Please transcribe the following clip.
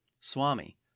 Swami